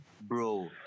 Bro